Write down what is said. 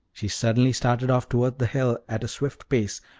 she suddenly started off towards the hill at a swift pace,